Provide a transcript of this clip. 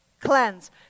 Cleanse